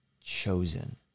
chosen